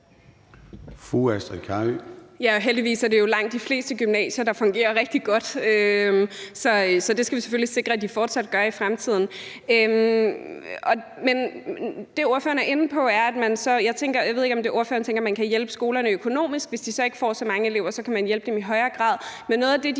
Astrid Carøe (SF): Ja, heldigvis er det jo langt de fleste gymnasier, der fungerer rigtig godt. Så det skal vi selvfølgelig sikre at de fortsat gør i fremtiden. Jeg ved ikke, om ordføreren tænker, at man kan hjælpe skolerne økonomisk, så hvis de ikke får så mange elever, kan man hjælpe dem i højere grad. Men noget af det, de